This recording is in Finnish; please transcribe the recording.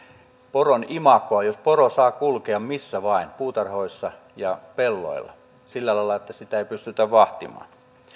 poron imagoa jos poro saa kulkea missä vain puutarhoissa ja pelloilla sillä lailla että sitä ei pystytä vahtimaan